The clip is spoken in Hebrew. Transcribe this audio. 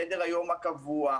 סדר היום הקבוע,